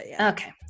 Okay